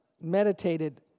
meditated